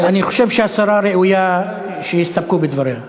אני חושב שהשרה ראויה שיסתפקו בדבריה.